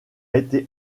été